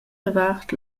davart